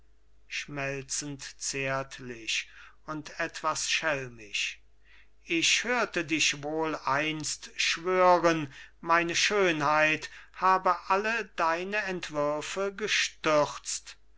schmelzend zärtlich und etwas schelmisch ich hörte dich wohl einst schwören meine schönheit habe alle deine entwürfe gestürzt